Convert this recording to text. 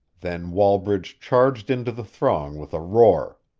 then wallbridge charged into the throng with a roar.